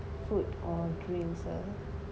food or drinks ah